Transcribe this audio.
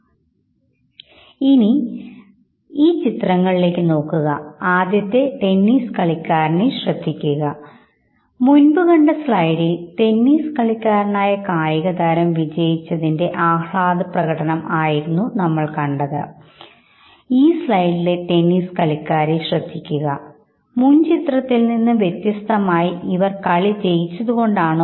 ഇവിടെ ആരംഭത്തിനും അവസാനിക്കുന്നതിന് ഇടയിൽ നിഷ്പക്ഷമായ ഒരു അവസ്ഥയിലേക്ക് എത്തുന്നതിനു മുൻപ് നമ്മുടെ വികാരങ്ങൾ പരമാവധി തീവ്രതയോടെ പ്രകടിപ്പിക്കുന്നു ഉദാഹരണമായി പറയുകയാണെങ്കിൽ ഉദാസീനമായ ഒരു മുഖഭാവത്തിൽ നിന്നും ഞാൻ സന്തോഷ ഭാവത്തിലേക്ക് പോവുകയും ഫോട്ടോ എടുക്കുന്ന നിമിഷത്തിനു ശേഷം ഞാൻ വീണ്ടും തിരിച്ചെത്തുകയും ചെയ്യുന്നു